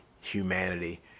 humanity